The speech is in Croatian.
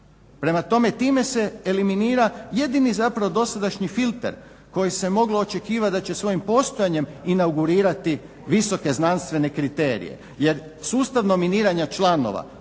Prema tome, time se eliminira jedini zapravo dosadašnji filter koji se moglo očekivati da će svojim postojanjem inaugurirati visoke znanstvene kriterije, jer sustavna miniranja članova